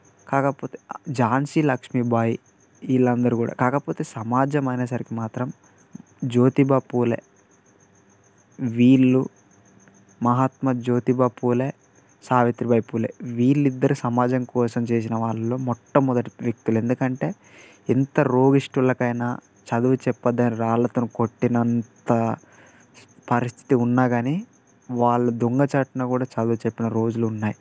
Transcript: కాకపోతే ఝాన్సీ లక్ష్మీబాయి వీళ్ళు అందరు కూడా కాకపోతే సమాజం అనేసరికి మాత్రం జ్యోతిబాపూలే వీళ్ళు మహాత్మ జ్యోతిబాపూలే సావిత్రిబాయి పూలే వీళ్ళు ఇద్దరు సమాజం కోసం చేసిన వాళ్ళలో మొట్టమొదటి వ్యక్తులు ఎందుకంటే ఎంత రోగిష్టులకైనా చదువు చెప్పొద్దని రాళ్ళతో కొట్టినంత పరిస్థితి ఉన్నా కానీ వాళ్ళు దొంగ చాటున కూడా చదువు చెప్పిన రోజులు ఉన్నాయి